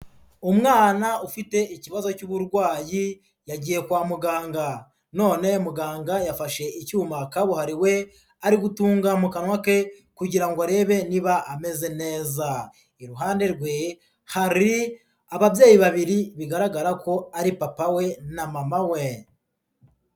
Umwana ufite ikibazo cy'uburwayi yagiye kwa muganga, none muganga yafashe icyuma kabuhariwe ari gutunga mu kanwa ke kugira ngo arebe niba ameze neza, iruhande rwe hari ababyeyi babiri bigaragara ko ari papa we na mama we.